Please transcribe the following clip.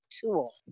tool